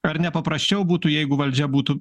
ar nepaprasčiau būtų jeigu valdžia būtų